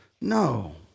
No